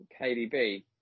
KDB